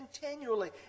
continually